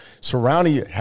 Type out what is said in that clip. surrounding